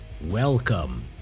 welcome